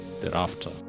thereafter